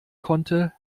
konnte